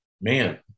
Man